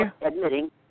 admitting